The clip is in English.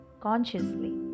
consciously